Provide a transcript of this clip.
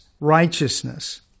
righteousness